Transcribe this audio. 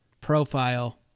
profile